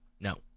No